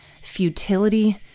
futility